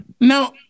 Now